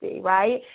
right